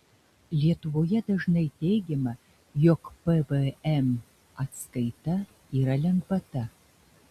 lietuvoje dažnai teigiama jog pvm atskaita yra lengvata